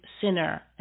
sinner